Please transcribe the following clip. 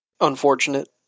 unfortunate